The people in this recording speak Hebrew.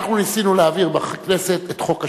אנחנו ניסינו להעביר בכנסת את חוק השמאים.